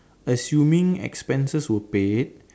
assuming expenses were paid